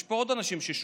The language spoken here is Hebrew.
יש פה עוד אנשים ששומעים.